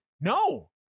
No